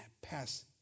pass